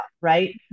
right